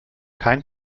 kein